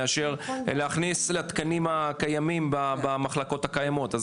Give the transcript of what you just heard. מאשר להכניס לתקנים הקיימים במחלקות הקיימות.